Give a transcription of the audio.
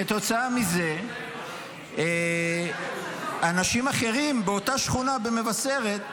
כתוצאה מזה אנשים אחרים באותה שכונה במבשרת,